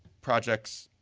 projects